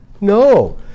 No